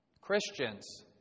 Christians